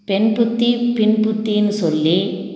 பெண் புத்தி பின் புத்தின்னு சொல்லி